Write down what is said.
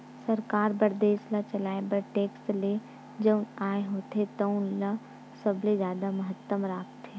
सरकार बर देस ल चलाए बर टेक्स ले जउन आय होथे तउने ह सबले जादा महत्ता राखथे